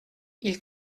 ils